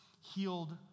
healed